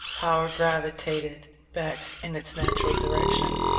power gravitated back in its natural direction,